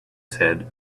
said